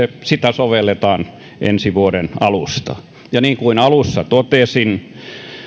sitä sovelletaan ensi vuoden alusta niin kuin alussa totesin